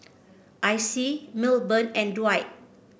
Icy Milburn and Dwight